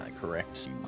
correct